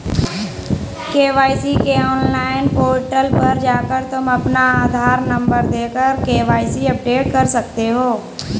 KYC के online portal पर जाकर तुम अपना आधार नंबर देकर के.वाय.सी अपडेट कर सकते हो